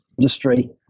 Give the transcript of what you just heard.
industry